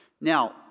now